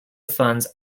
funds